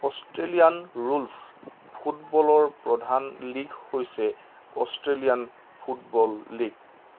Australian rules ফুটবলৰ প্ৰধান league হৈছে অষ্ট্ৰেলিয়ান ফুটবল লীগ